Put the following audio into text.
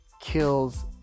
kills